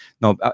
no